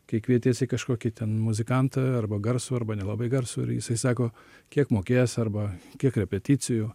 kai kvietiesi kažkokį ten muzikantą arba garsų arba nelabai garsų ir jisai sako kiek mokės arba kiek repeticijų